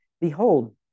Behold